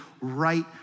right